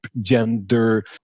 gender